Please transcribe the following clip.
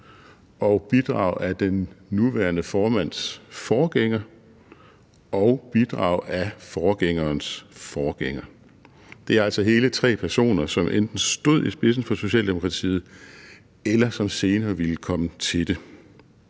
og bidrag af den nuværende formands forgænger og bidrag af forgængerens forgænger. Det er altså hele tre personer, som enten stod i spidsen for Socialdemokratiet, eller som senere ville komme til det.